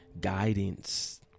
guidance